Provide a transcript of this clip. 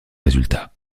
résultat